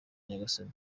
nyagasani